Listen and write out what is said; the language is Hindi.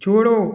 छोड़ो